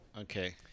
Okay